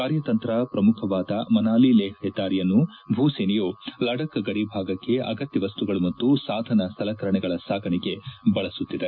ಕಾರ್ಯತಂತ್ರ ಪ್ರಮುಖವಾದ ಮನಾಲಿ ಲೇಹ್ ಹೆದ್ದಾರಿಯನ್ನು ಭೂಸೇನೆಯು ಲಡಖ್ ಗಡಿ ಭಾಗಕ್ಕೆ ಅಗತ್ಯ ವಸ್ತುಗಳು ಮತ್ತು ಸಾಧನ ಸಲಕರಣೆಗಳ ಸಾಗಣೆಗೆ ಬಳಸುತ್ತಿದೆ